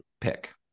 pick